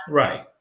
right